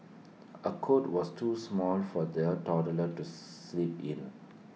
A cot was too small for their toddler to sleep in